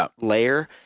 layer